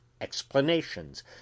explanations